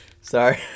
Sorry